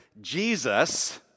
Jesus